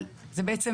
אבל בעצם